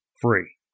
free